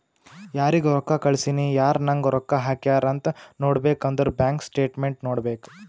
ಯಾರಿಗ್ ರೊಕ್ಕಾ ಕಳ್ಸಿನಿ, ಯಾರ್ ನಂಗ್ ರೊಕ್ಕಾ ಹಾಕ್ಯಾರ್ ಅಂತ್ ನೋಡ್ಬೇಕ್ ಅಂದುರ್ ಬ್ಯಾಂಕ್ ಸ್ಟೇಟ್ಮೆಂಟ್ ನೋಡ್ಬೇಕ್